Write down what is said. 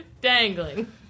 dangling